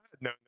no